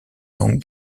langue